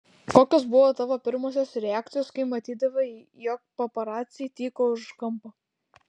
kokios buvo tavo pirmosios reakcijos kai matydavai jog paparaciai tyko už kampo